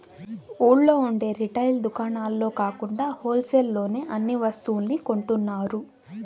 ఊళ్ళో ఉండే రిటైల్ దుకాణాల్లో కాకుండా హోల్ సేల్ లోనే అన్ని వస్తువుల్ని కొంటున్నారు